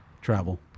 travel